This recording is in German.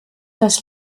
das